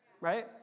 Right